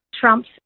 trumps